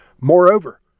Moreover